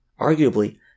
Arguably